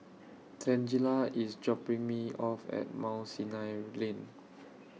Tangela IS dropping Me off At Mount Sinai Lane